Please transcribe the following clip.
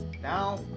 Now